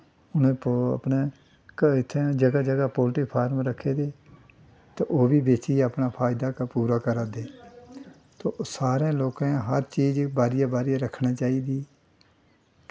उ'नें अपने इत्थै जगह जगह पोल्ट्रीफार्म रक्खे दे ते ओह् बी बेचियै अपना फैदा पूरा करा दे ते सारें लोकें हर चीज गी बारिया बारिया रक्खनी चाहिदी